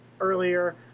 earlier